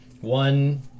one